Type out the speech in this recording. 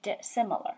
similar